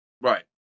Right